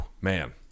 Man